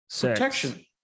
protection